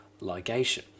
ligation